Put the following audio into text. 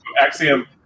Axiom